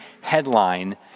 headline